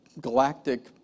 galactic